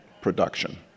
production